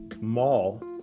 mall